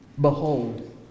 Behold